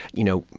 you know,